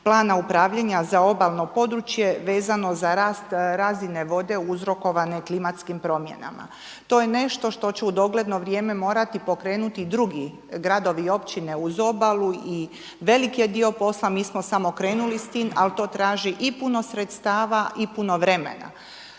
Plana upravljanja za obalno područje vezano za rast razine vode uzrokovane klimatskim promjenama. To je nešto što ću u dogledno vrijeme morati pokrenuti drugi gradovi i općine uz obalu i velik je dio posla, mi smo samo krenuli s tim, ali to traži i puno sredstava i puno vremena.